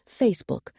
Facebook